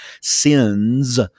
sins